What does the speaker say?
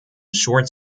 short